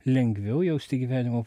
lengviau jausti gyvenimo